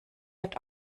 wird